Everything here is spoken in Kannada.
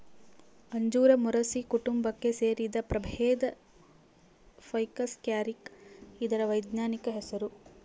ಅಂಜೂರ ಮೊರಸಿ ಕುಟುಂಬಕ್ಕೆ ಸೇರಿದ ಪ್ರಭೇದ ಫೈಕಸ್ ಕ್ಯಾರಿಕ ಇದರ ವೈಜ್ಞಾನಿಕ ಹೆಸರು